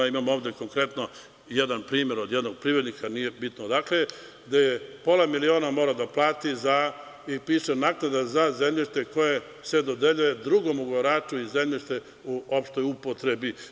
Imam ovde konkretno jedan primer jednog privrednika, nije bitno odakle je, gde je pola miliona morao da plati i piše – naknada za zemljište koje se dodeljuje drugom ugovaraču i zemljište u opštoj upotrebi.